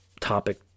topic